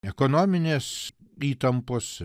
ekonominės įtampos